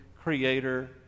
creator